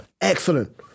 Excellent